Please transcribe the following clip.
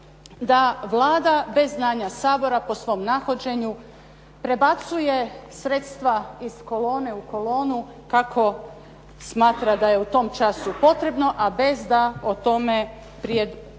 da Vlada bez znanja Sabora po svom nahođenju prebacuje sredstva iz kolone u kolonu kako smatra da je u tom času potrebno, a bez da o tome prije